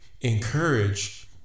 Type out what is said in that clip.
encourage